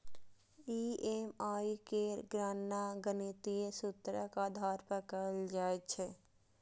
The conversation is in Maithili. ई.एम.आई केर गणना गणितीय सूत्रक आधार पर कैल जाइ छै